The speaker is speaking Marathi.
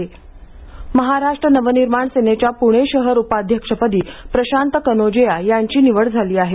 मनसे शहर अध्यक्ष महाराष्ट्र नवनिर्माण सेनेच्या पुणे शहर उपाध्यक्षपदी प्रशांत कनोजिया यांची निवड झाली आहे